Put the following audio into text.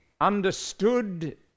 understood